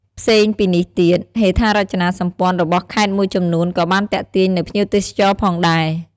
ផ្សេងពីនេះទៀត ហេដ្ឋារចនាសម្ព័ន្ធរបស់ខេត្តមួយចំនួនក៏បានទាក់ទាញនូវភ្ញៀវទេសចរផងដែរ។